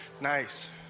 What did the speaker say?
Nice